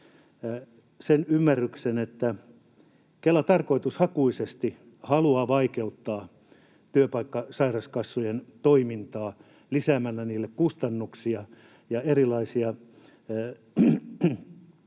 sen ymmärryksen, että Kela tarkoitushakuisesti haluaa vaikeuttaa työpaikkasairauskassojen toimintaa lisäämällä niille kustannuksia ja erilaisia